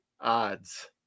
Odds